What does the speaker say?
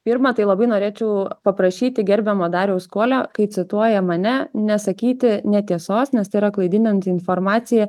pirma tai labai norėčiau paprašyti gerbiamo dariaus kuolio kai cituoja mane nesakyti netiesos nes tai yra klaidinanti informacija